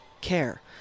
care